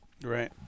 Right